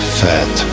fat